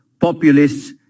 populists